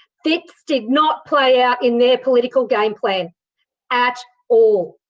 this did not play out in their political game plan at all.